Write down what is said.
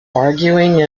arguing